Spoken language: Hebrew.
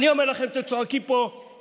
אני אומר לכם: אתם צועקים פה בושה